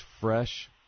fresh